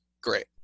great